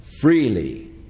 freely